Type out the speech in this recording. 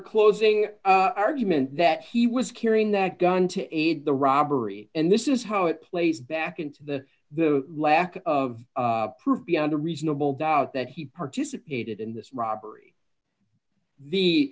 closing argument that he was carrying that gun to aid the robbery and this is how it plays back into the the lack of proof beyond a reasonable doubt that he participated in this robbery the